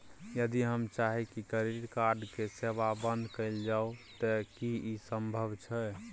यदि हम चाही की क्रेडिट कार्ड के सेवा बंद कैल जाऊ त की इ संभव छै?